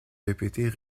répéter